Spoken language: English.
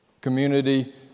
community